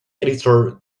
editor